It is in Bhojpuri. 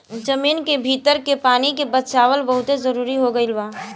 जमीन के भीतर के पानी के बचावल बहुते जरुरी हो गईल बा